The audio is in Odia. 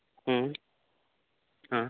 ହୁଁ ହଁ